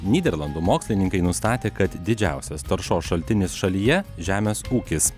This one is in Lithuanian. nyderlandų mokslininkai nustatė kad didžiausias taršos šaltinis šalyje žemės ūkis